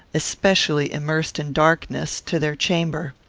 especially immersed in darkness, to their chamber.